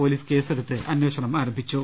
police കേസെടുത്ത് അന്വേഷണം ആരം ഭിച്ചു